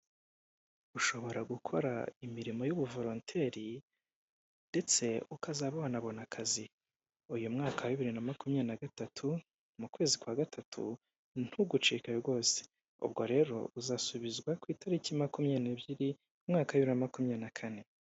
Ushobora gukora imirimo y'ubuvoronteri ndetse ukazaba wanabona akazi. Uyu mwaka wa bibiri na makumyabiri na gatatu mu kwezi kwa gatatu, ntugucike rwose. Ubwo rero uzasubizwa ku itariki makumyabiri n'ebyiri, umwaka wa bibiri na makumyabiri na kane.